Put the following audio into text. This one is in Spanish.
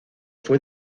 fue